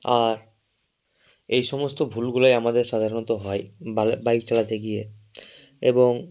আর এই সমস্ত ভুলগুলোই আমাদের সাধারণত হয় বাদা বাইক চালাতে গিয়ে এবং